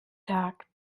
tag